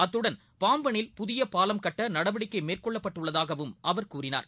அத்துடன் பாம்பனில் புதியபாலம் கட்டநடவடிக்கைமேற்கொள்ளப்பட்டுள்ளதாகவும் அவர் கூறினார்